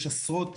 יש עשרות